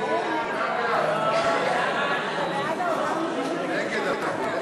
הודעת ראש הממשלה נתקבלה.